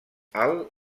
alt